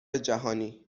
جهانی